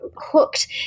hooked